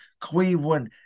Cleveland